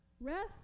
Rest